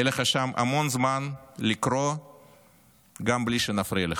יהיה לך שם המון זמן לקרוא גם בלי שנפריע לך.